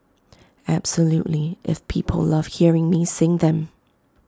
absolutely if people love hearing me sing them